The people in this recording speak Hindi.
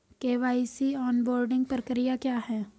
के.वाई.सी ऑनबोर्डिंग प्रक्रिया क्या है?